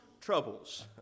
troubles